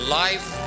life